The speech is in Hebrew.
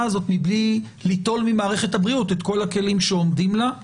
הזאת מבלי ליטול ממערכת הבריאות את כל הכלים שעומדים לה.